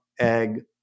egg